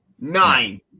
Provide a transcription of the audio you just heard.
nine